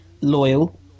loyal